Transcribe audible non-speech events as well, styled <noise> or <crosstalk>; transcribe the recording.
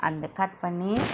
அந்த:andtha cut பன்னி:panni <noise>